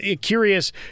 curious